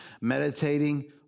meditating